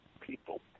people